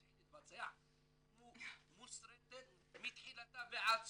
כל חקירה שהיא תתחיל להתבצע מוסרטת מתחילתה ועד סופה.